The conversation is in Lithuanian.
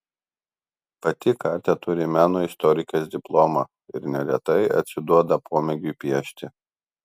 pati katia turi meno istorikės diplomą ir neretai atsiduoda pomėgiui piešti